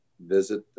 visit